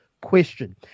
question